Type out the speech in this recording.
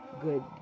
good